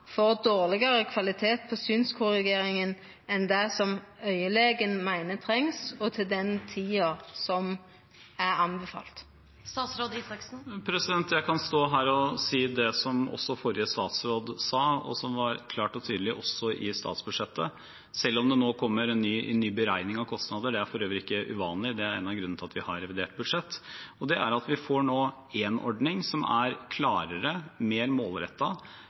får dårlegare kvalitet på synskorrigeringa enn det som augelegen meiner trengst, og til den tida som er anbefalt? Jeg kan stå her og si det som også forrige statsråd sa, og som var klart og tydelig også i statsbudsjettet: Det kommer nå en ny beregning av kostnader – det er for øvrig ikke uvanlig, det er en av grunnene til at vi har et revidert budsjett. Vi får nå en ordning som er klarere, mer